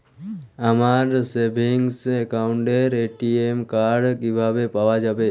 আমার সেভিংস অ্যাকাউন্টের ATM card কিভাবে পাওয়া যাবে?